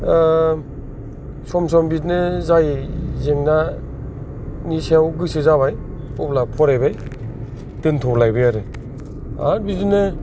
सम सम बिदिनो जाय जेंनानि सायाव गोसो जाबाय अब्ला फरायबाय दोनथ' लायबाय आरो आरो बिदिनो